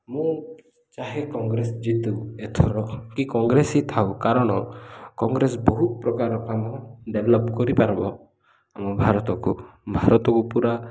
ମୁଁ ଚାହେଁ କଂଗ୍ରେସ ଜିତୁ ଏଥର କି କଂଗ୍ରେସ ହି ଥାଉ କାରଣ କଂଗ୍ରେସ ବହୁତ ପ୍ରକାର କାମ ଡେଭଲପ କରିପାରବ ଆମ ଭାରତକୁ ଭାରତକୁ ପୁରା